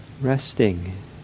resting